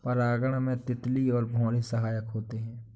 परागण में तितली और भौरे सहायक होते है